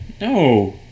No